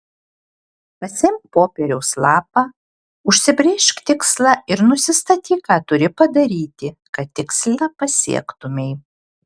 pasiimk popieriaus lapą užsibrėžk tikslą ir nusistatyk ką turi padaryti kad tikslą pasiektumei